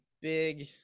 big